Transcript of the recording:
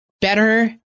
better